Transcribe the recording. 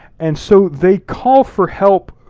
and so they call for help,